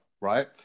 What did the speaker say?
right